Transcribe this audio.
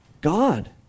God